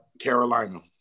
Carolina